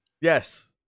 Yes